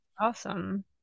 awesome